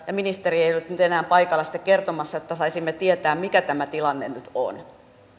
ministeri ei ole nyt enää paikalla sitä kertomassa että saisimme tietää mikä tämä tilanne nyt on